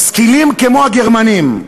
משכילים כמו הגרמנים,